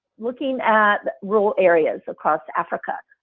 looking at rural areas across africa,